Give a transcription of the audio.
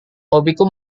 hobiku